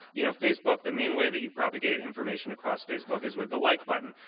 you know facebook, the main way that you propagate information across facebook is with the like button.